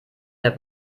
der